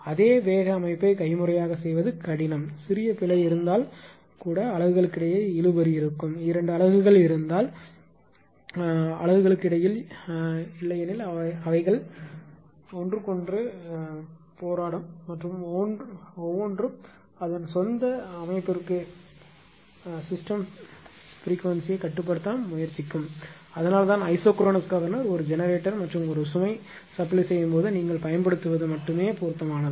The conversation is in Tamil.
அதே வேக அமைப்பை கைமுறையாக செய்வது கடினம் சிறிய பிழை இருந்தால் அலகுகளுக்கிடையே இழுபறி இருக்கும் 2 அலகுகள் இருந்தால் அலகுகளுக்கு இடையில் இல்லையெனில் அவர்கள் போராடுவார்கள் ஒருவருக்கொருவர் மற்றும் ஒவ்வொருவரும் அதன் சொந்த அமைப்பிற்கு கணினி அதிர்வெண்ணைக் கட்டுப்படுத்த முயற்சிப்பார்கள் அதனால்தான் ஐசோக்ரோனஸ் கவர்னர் ஒரு ஜெனரேட்டர் மற்றும் ஒரு சுமை சப்ளை செய்யும் போது நீங்கள் பயன்படுத்தும்போது மட்டுமே பொருத்தமானது